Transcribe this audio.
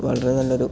വളരെ നല്ലൊരു